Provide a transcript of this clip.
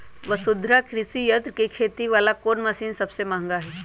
वसुंधरा कृषि यंत्र के खेती वाला कोन मशीन सबसे महंगा हई?